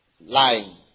lying